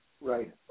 Right